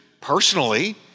Personally